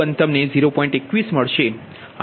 21 મળશે